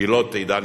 היא לא תדע ניצחון.